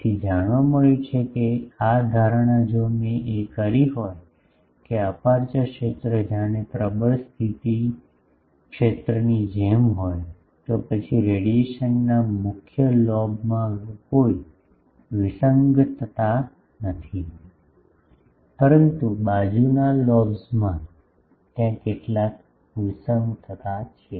તેથી જાણવા મળ્યું છે કે આ ધારણા જો મેં કરી હોય કે અપેરચ્યોર ક્ષેત્ર જાણે પ્રબળ સ્થિતિ ક્ષેત્રની જેમ હોય તો પછી રેડિયેશનના મુખ્ય લોબમાં કોઈ વિસંગતતા નથી પરંતુ બાજુના લોબ્સમાં ત્યાં કેટલાક વિસંગતતા છે